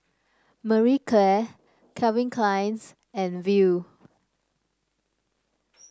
Marie Claire Calvin Klein's and Viu